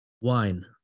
wine